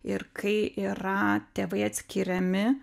ir kai yra tėvai atskiriami